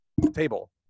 table